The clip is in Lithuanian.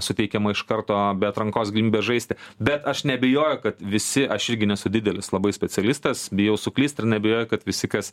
suteikiama iš karto be atrankos galimybė žaisti bet aš neabejoju kad visi aš irgi nesu didelis labai specialistas bijau suklyst ir neabejoju kad visi kas